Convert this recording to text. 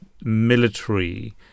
military